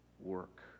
work